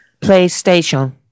PlayStation